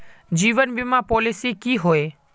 जीवन बीमा पॉलिसी की होय?